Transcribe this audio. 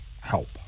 help